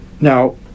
now